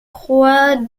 croix